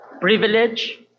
privilege